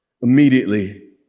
immediately